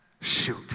Shoot